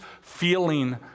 feeling